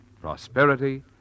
prosperity